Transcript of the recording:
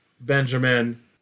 Benjamin